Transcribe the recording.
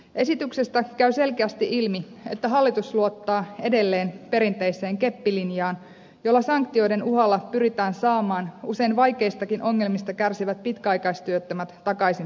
esityksestä käy selkeästi ilmi että hallitus luottaa edelleen perinteiseen keppilinjaan jolla sanktioiden uhalla pyritään saamaan usein vaikeistakin ongelmista kärsivät pitkäaikaistyöttömät takaisin työelämään